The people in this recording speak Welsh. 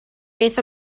beth